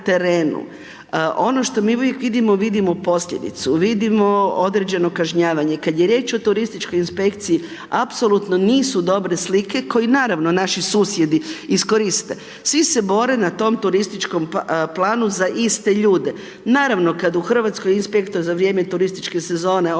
još uvijek vidimo, vidimo posljedicu, vidimo određeno kažnjavanje, kada je riječ o turističkoj inspekciji, apsolutno nisu dobre slike, koji naravno naši susjedi iskoriste. Svi se bore na tom turističkom planu za iste ljude. Naravno, kad u Hrvatskoj inspektor za vrijeme turističke sezone ove van